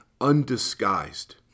undisguised